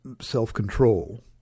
self-control